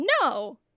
no